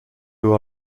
who